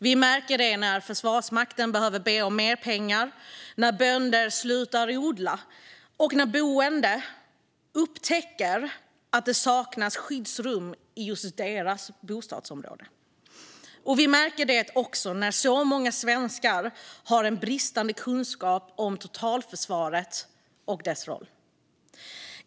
Vi märker det när Försvarsmakten behöver be om mer pengar, när bönder slutar odla och när boende upptäcker att det saknas skyddsrum i just deras bostadsområde. Vi märker det också när så många svenskar har en bristande kunskap om totalförsvaret och dess roll.